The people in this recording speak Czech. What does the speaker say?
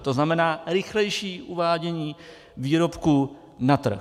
To znamená rychlejší uvádění výrobků na trh.